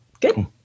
Good